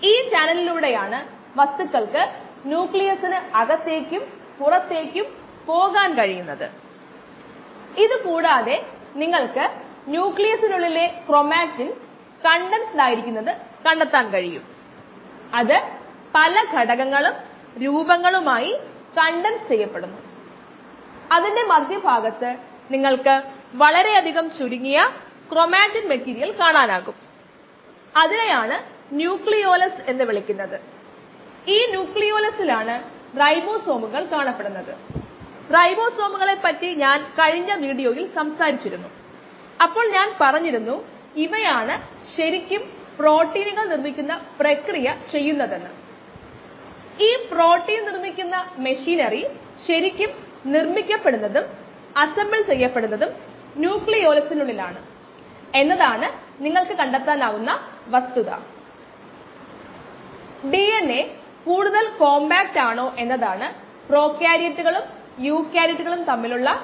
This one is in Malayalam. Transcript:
മുമ്പത്തെ പ്രഭാഷണത്തിലെ ബാച്ച് വളർച്ചയിലെ കോശങ്ങളുടെ സാന്ദ്രതയും സമയവും സംബന്ധിച്ച സമവാക്യം നമ്മൾ ഇതിനകം നേടിയിട്ടുണ്ട്